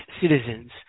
citizens